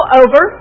over